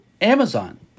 Amazon